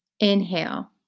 Inhale